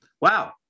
Wow